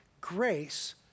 grace